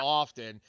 often